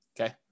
Okay